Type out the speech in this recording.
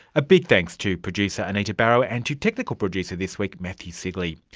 a big thanks to producer anita barraud, and to technical producer this week matthew sigley.